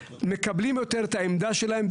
מקבלים יותר את העמדה שלהם,